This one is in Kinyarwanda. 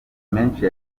menshi